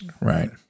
Right